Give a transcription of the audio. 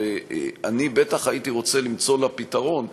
ואני בטח הייתי רוצה למצוא לה פתרון,